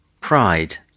pride